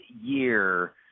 year